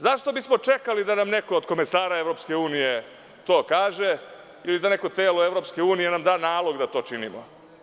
Zašto bismo čekali da nam neko od komesara EU to kaže ili da neko telo EU nam da nalog da to učinimo?